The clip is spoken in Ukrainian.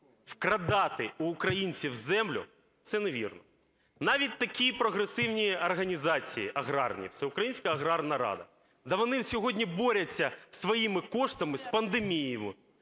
викрадати у українців землю – це невірно, навіть такій прогресивній організації аграрній – Всеукраїнська аграрна рада. Да вони сьогодні борються своїми коштами з пандемією,